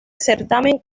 certamen